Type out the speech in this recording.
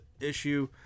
issue